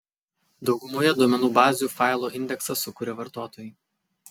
daugumoje duomenų bazių failo indeksą sukuria vartotojai